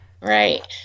Right